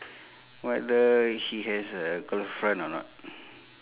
whether he has a girlfriend or not